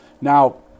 Now